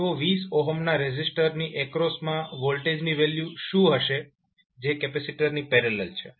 તો 20 ના રેઝિસ્ટરની એક્રોસમાં વોલ્ટેજની વેલ્યુ શું હશે જે કેપેસિટરની પેરેલલ છે